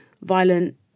violent